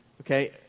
okay